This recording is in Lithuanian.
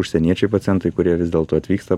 užsieniečiai pacientai kurie vis dėlto atvyksta